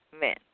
men